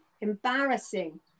embarrassing